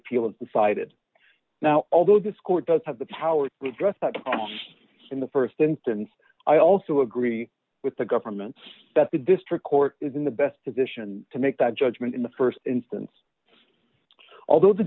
appeal is decided now although this court does have the power we dress that in the st instance i also agree with the government that the district court is in the best position to make that judgment in the st instance although the